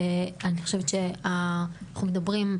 אנחנו מדברים,